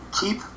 Keep